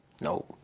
No